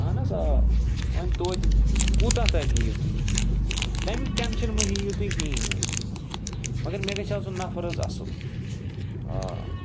اَہَن حظ آ وۄنۍ توتہِ کوتاہ تانۍ ہیٚیو تُہۍ تمِیُک ٹؠنٛشَن مہٕ ہیٚیِو تُہۍ کہیٖنۍ حظ مگر مےٚ گَژِھ آسُن نَفر حظ اَصٕل آ